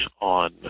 on